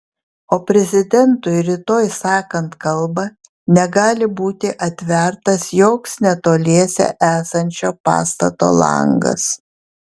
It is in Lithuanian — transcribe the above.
o prezidentui rytoj sakant kalbą negali būti atvertas joks netoliese esančio pastato langas